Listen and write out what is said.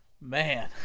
Man